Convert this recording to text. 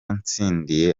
ntsindiye